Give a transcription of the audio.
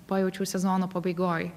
pajaučiau sezono pabaigoj